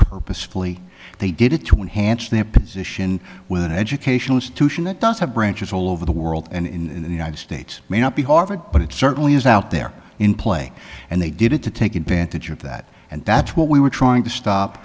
purposefully they did it to enhance their position with an educational institution that does have branches all over the world and in the united states may not be harvard but it certainly is out there in play and they did it to take advantage of that and that's what we were trying to stop